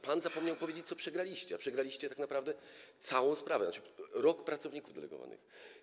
Pan zapomniał powiedzieć, co przegraliście, a przegraliście tak naprawdę całą sprawę, tzn. rok pracowników delegowanych.